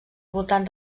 voltant